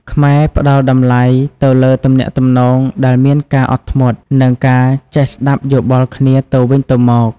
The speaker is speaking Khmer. ខ្មែរផ្ដល់តម្លៃទៅលើទំនាក់ទំនងដែលមានការអត់ធ្មត់ និងការចេះស្ដាប់យោបល់គ្នាទៅវិញទៅមក។